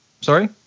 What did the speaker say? Sorry